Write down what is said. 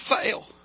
fail